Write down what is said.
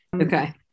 Okay